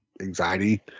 anxiety